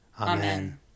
Amen